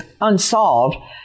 unsolved